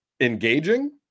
engaging